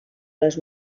les